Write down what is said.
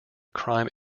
crime